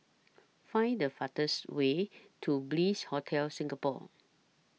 Find The fastest Way to Bliss Hotel Singapore